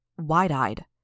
wide-eyed